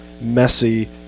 messy